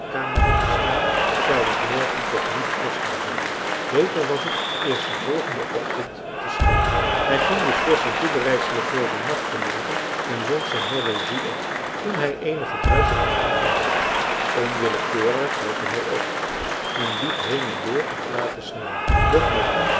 had gestaan zou het morgen toch niet frisch meer zijn beter was t eerst den volgenden ochtend te schellen hij ging dus voort zijn toebereidselen voor den nacht te maken en wond zijn horlogie op toen hij eenig gedruisch op den gang vernam onwillekeurig lette hij op men liep heen en weer en praatte snel doch met